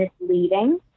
misleading